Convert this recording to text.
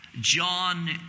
John